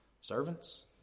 servants